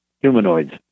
humanoids